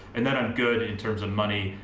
and then i'm good in terms of money,